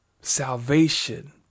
Salvation